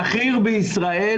שכיר בישראל,